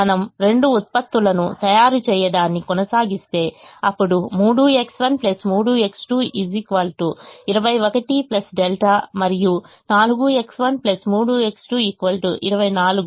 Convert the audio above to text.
మనము రెండు ఉత్పత్తులను తయారు చేయడాన్ని కొనసాగిస్తే అప్పుడు 3X1 3X2 21 δ మరియు 4X1 3X2 24